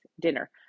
dinner